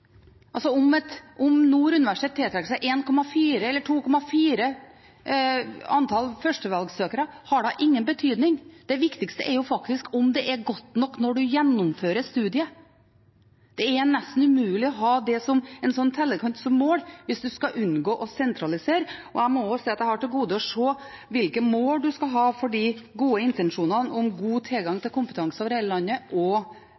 Om Nord universitet tiltrekker seg en andel på 1,4 eller 2,4 førstevalgssøkere, har da ingen betydning. Det viktigste er jo om det er godt nok når man gjennomfører studiet. Det er nesten umulig å ha en slik tellekant som mål hvis man skal unngå å sentralisere. Jeg har til gode å se hvilke mål man skal ha for de gode intensjonene om god tilgang til kompetanse over hele landet og